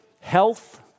health